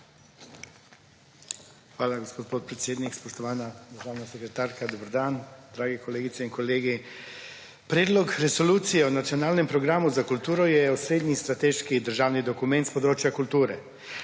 Hvala, gospod podpredsednik. Spoštovana državna sekretarka, dober dan! Drage kolegice in kolegi! Predlog Resolucije o nacionalnem programu za kulturo je osrednji strateški državni dokument s področja kulture.